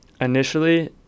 initially